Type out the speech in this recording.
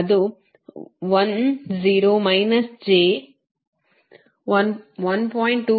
8 ಮೇಲೆ 1 ನಿಮ್ಮ y ಗೆ ಸಮನಾಗಿರುತ್ತದೆ ಅದು 1 0 ಮೈನಸ್ ಜೆ 1